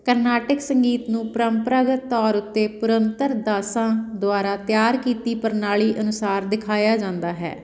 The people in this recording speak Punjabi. ਕਰਨਾਟਿਕ ਸੰਗੀਤ ਨੂੰ ਪਰੰਪਰਾਗਤ ਤੌਰ ਉੱਤੇ ਪੁਰੰਦਰ ਦਾਸਾ ਦੁਆਰਾ ਤਿਆਰ ਕੀਤੀ ਪ੍ਰਣਾਲੀ ਅਨੁਸਾਰ ਦਿਖਾਇਆ ਜਾਂਦਾ ਹੈ